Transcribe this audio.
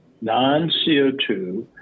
non-CO2